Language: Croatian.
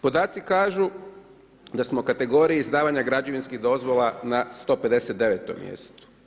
Podaci kažu da smo u kategoriji izdavanja građevinskih dozvola na 159 mjestu.